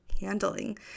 handling